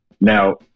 Now